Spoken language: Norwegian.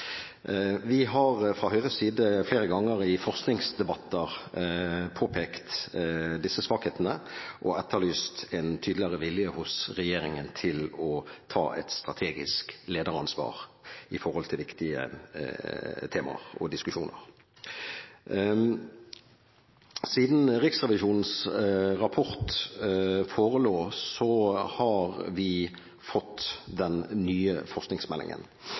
Vi har, fra Høyres side, flere ganger i forskningsdebatter påpekt disse svakhetene og etterlyst en tydeligere vilje hos regjeringen til å ta et strategisk lederansvar når det gjelder viktige temaer og diskusjoner. Siden Riksrevisjonens rapport forelå, har vi fått den nye forskningsmeldingen.